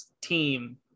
team